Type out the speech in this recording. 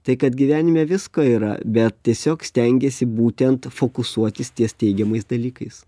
tai kad gyvenime visko yra bet tiesiog stengiesi būtent fokusuotis ties teigiamais dalykais